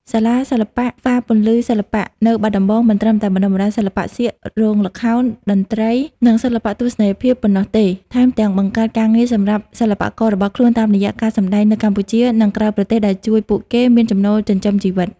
សាលាសិល្បៈ ហ្វារពន្លឺសិល្បៈ នៅបាត់ដំបង មិនត្រឹមតែបណ្តុះបណ្តាលសិល្បៈសៀក រោងល្ខោន តន្ត្រី និងសិល្បៈទស្សនីយភាពប៉ុណ្ណោះទេ ថែមទាំងបង្កើតការងារសម្រាប់សិល្បកររបស់ខ្លួនតាមរយៈការសម្តែងនៅកម្ពុជា និងក្រៅប្រទេសដែលជួយពួកគេមានចំណូលចិញ្ចឹមជីវិត។